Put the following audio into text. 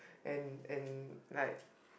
and and like